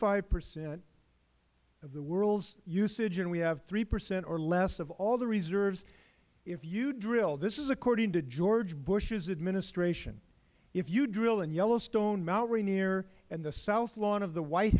five percent of the world's usage and we have three percent or less of all the reserves if you drill this is according to george bush's administration if you drill in yellowstone mount rainier and the south lawn of the white